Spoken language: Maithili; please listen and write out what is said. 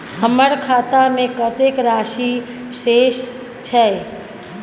हमर खाता में कतेक राशि शेस छै?